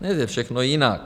Dnes je všechno jinak.